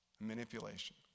manipulation